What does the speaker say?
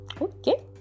okay